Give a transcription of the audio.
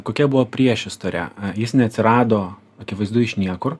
kokia buvo priešistorė jis neatsirado akivaizdu iš niekur